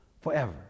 forever